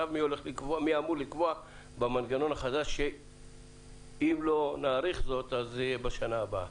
ומי אמור לקבוע במנגנון החדש שאם לא נאריך זאת זה יהיה בשנה הבאה.